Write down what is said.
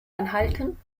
anhalten